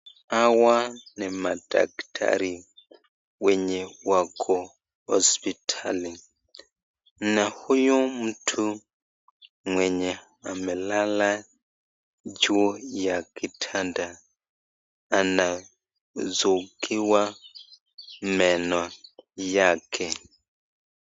Hawa ni madaktari wenye wako hospitali na huyu mtu mwenye amelala juu ya kitanda anasukiwa meno yake.